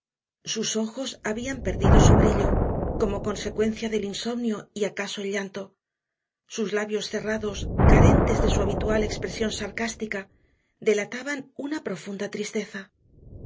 sus ojos habían perdido su brillo como consecuencia del insomnio y acaso el llanto sus labios cerrados carentes de su habitual expresión sarcástica delataban una profunda tristeza